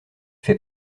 fait